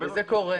וזה קורה.